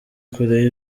kure